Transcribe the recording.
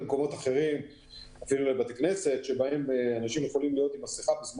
ולבתי כנסת שבהם אנשים יכולים להיות עם מסכה.